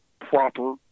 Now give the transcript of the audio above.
proper